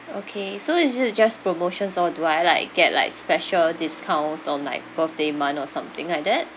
okay so is it just promotions or do I like get like special discount on like birthday month or something like that